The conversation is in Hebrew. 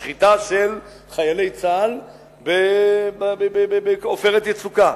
השחיטה של חיילי צה"ל ב"עופרת יצוקה".